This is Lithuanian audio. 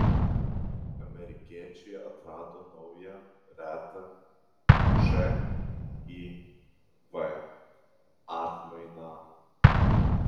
amerikiečiai atrado naują retą živ atmainą